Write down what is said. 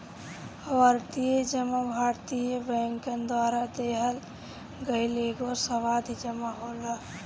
आवर्ती जमा भारतीय बैंकन द्वारा देहल गईल एगो सावधि जमा होला